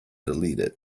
deleted